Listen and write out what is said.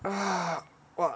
ah !wah!